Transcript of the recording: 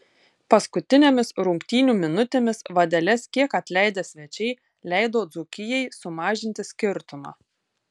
paskutinėmis rungtynių minutėmis vadeles kiek atleidę svečiai leido dzūkijai sumažinti skirtumą